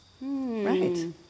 Right